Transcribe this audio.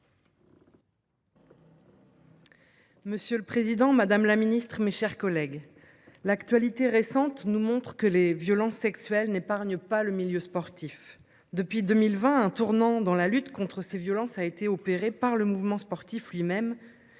Monsieur le Président Madame la Ministre, mes chers collègues. L'actualité récente nous montre que les violences sexuelles n'épargne pas le milieu sportif depuis 2020 un tournant dans la lutte contre ces violences, a été opéré par le mouvement sportif lui-même